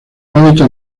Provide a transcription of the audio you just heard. hábitat